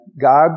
God